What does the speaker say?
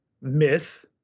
Myth